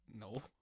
No